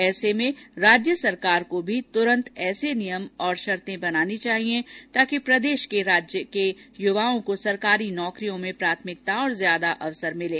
ऐसे में राज्य सरकार को भी तुरंत ऐसे नियम और शर्ते बनानी चाहिए ताकि राज्य के युवाओं को सरकारी नौकरियों में प्राथमिकता और ज्यादा अवसर मिले